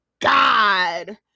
God